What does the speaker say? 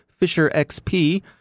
FisherXP